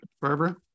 Barbara